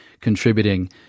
contributing